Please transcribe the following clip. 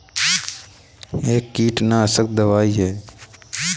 कीट नियंत्रण के लिए ज्वार में प्रयुक्त विभिन्न प्रकार के फेरोमोन ट्रैप क्या है?